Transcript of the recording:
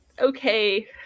okay